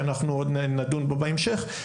אנחנו חושבים שכדאי להבין מה זה אומר בפועל.